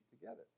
together